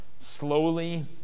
slowly